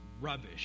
rubbish